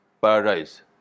Paradise